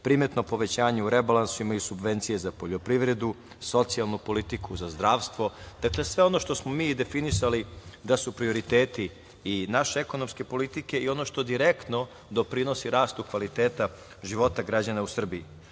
primetno povećanje u rebalansu, imaju subvencije za poljoprivredu, socijalnu politiku, za zdravstvo. Dakle, sve ono što smo mi definisali da su prioriteti i naše ekonomske politike i ono što direktno doprinosi rastu kvaliteta života građana u Srbiji.